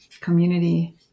community